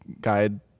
guide